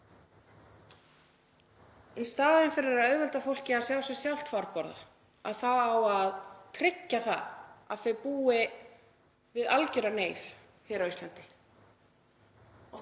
Í staðinn fyrir að auðvelda fólki að sjá sér sjálft farborða á að tryggja það að þau búi við algjöra neyð á Íslandi.